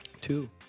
Two